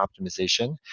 optimization